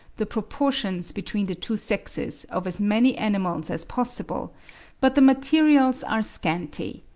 the proportions between the two sexes of as many animals as possible but the materials are scanty.